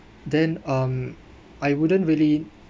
then um I wouldn't really